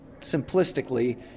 simplistically